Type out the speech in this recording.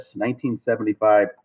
1975